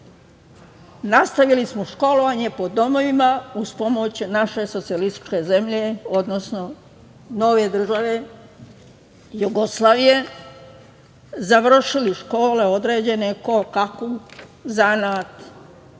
Hrvatske. Nastavili smo školovanje po domovima uz pomoć naše socijalističke zemlje, odnosno nove države Jugoslavije, završili škole određene, ko kakvu, zanat,